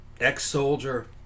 ex-soldier